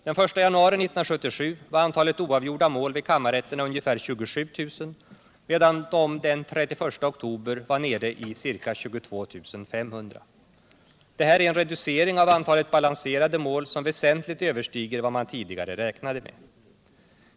Den 1 januari 1977 var antalet oavgjorda mål vid kammarrätterna ungefär 27 000, medan antalet den 31 oktober var nere i 22 500. Det här är en reducering av antalet balanserade mål som väsentligt överstiger vad man tidigare räknade med.